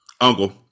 Uncle